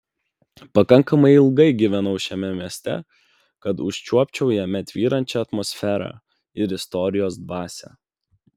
pakankamai ilgai gyvenau šiame mieste kad užčiuopčiau jame tvyrančią atmosferą ir istorijos dvasią